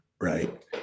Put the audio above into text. right